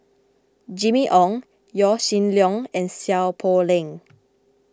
Jimmy Ong Yaw Shin Leong and Seow Poh Leng